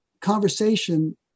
conversation